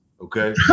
Okay